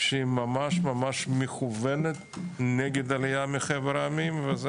שהיא ממש מכוונת נגד עלייה מחבר העמים וזה